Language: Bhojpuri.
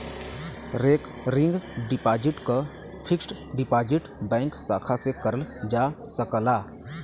रेकरिंग डिपाजिट क फिक्स्ड डिपाजिट बैंक शाखा से करल जा सकला